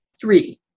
Three